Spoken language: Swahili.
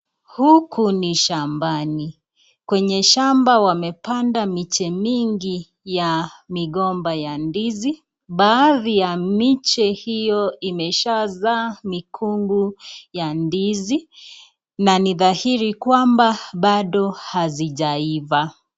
Huku ni shambani, kwenye shamba wamepanda miche mingi ya migomba ya ndizi , baadhi ya miche hiyo imeshazaa mikungu ya ndizi na ni dhahiri kwamba bado hazijaiva.